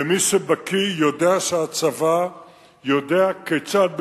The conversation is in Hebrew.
ומי שבקי יודע שהצבא יודע כיצד,